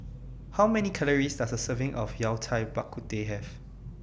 How Many Calories Does A Serving of Yao Cai Bak Kut Teh Have